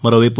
మరోవైపు